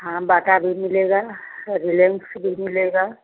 हाँ बाटा भी मिलेगा रिलायन्स भी मिलेगा